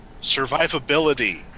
Survivability